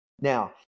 Now